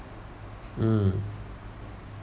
mm